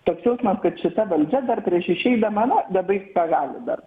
toks jausmas kad šita valdžia dar prieš išeidama nu labai viską gali dar